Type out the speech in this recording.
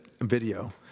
video